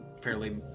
fairly